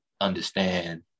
understand